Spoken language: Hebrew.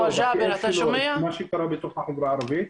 בתיאור שלו את מה שקרה בחברה הערבית.